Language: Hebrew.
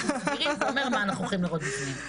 הסברים, זה אומר מה אנחנו הולכים לראות בפנים.